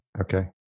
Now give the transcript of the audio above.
Okay